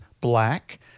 black